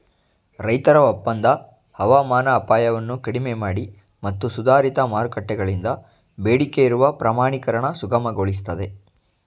ರೈತರ ಒಪ್ಪಂದ ಹವಾಮಾನ ಅಪಾಯವನ್ನು ಕಡಿಮೆಮಾಡಿ ಮತ್ತು ಸುಧಾರಿತ ಮಾರುಕಟ್ಟೆಗಳಿಂದ ಬೇಡಿಕೆಯಿರುವ ಪ್ರಮಾಣೀಕರಣ ಸುಗಮಗೊಳಿಸ್ತದೆ